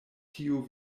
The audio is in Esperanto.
tiu